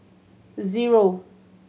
zero